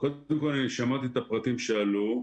קודם כל, שמעתי את הפרטים שעלו.